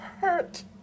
hurt